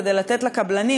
כדי לתת לקבלנים,